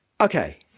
Okay